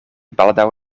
baldaŭ